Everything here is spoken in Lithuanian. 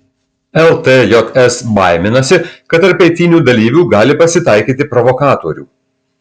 ltjs baiminasi kad tarp eitynių dalyvių gali pasitaikyti provokatorių